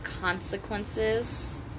consequences